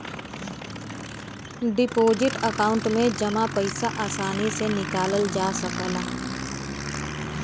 deposit account में जमा पइसा आसानी से निकालल जा सकला